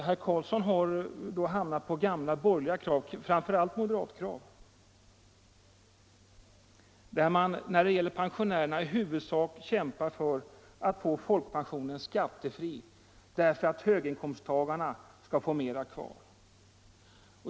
Herr Carlsson har här hamnat på gamla borgerliga krav, framför allt moderatkrav som gått ut på att få folkpensionen skattefri för att höginkomsttagarna skall få mera kvar.